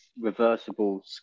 reversible